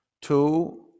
two